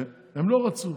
הם לא רצו.